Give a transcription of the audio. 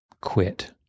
quit